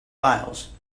files